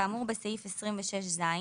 כאמור בסעיף 26ז,